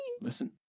Listen